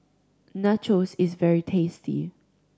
nachos is very tasty